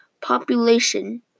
population